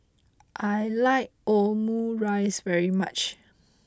I like Omurice very much